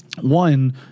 One